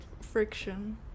friction